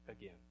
again